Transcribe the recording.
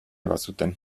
bazuten